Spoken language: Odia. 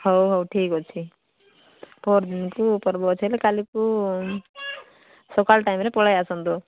ହଉ ହଉ ଠିକ୍ ଅଛି ପଅରିଦିନକୁ ପର୍ବ ଅଛି ହେଲେ କାଲିକୁ ସକାଳ ଟାଇମ୍ରେ ପଳାଇ ଆସନ୍ତୁ